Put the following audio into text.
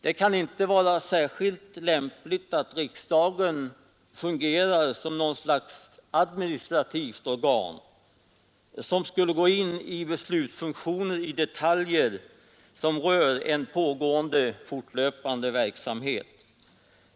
Det kan inte vara särskilt lämpligt att riksdagen fungerar som något slags administrativt organ, som skulle gå in i beslutsfunktionen när det gäller detaljer som rör en pågående, fortlöpande verksamhet.